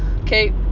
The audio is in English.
Okay